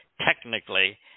technically